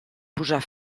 posar